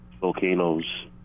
volcanoes